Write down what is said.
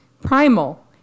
primal